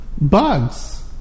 bugs